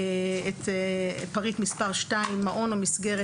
את פריט מספר (2): "מעון או מסגרת